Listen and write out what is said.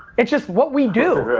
it's just what we do.